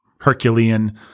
Herculean